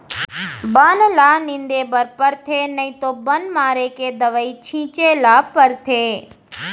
बन ल निंदे बर परथे नइ तो बन मारे के दवई छिंचे ल परथे